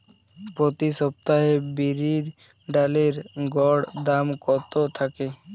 প্রতি সপ্তাহে বিরির ডালের গড় দাম কত থাকে?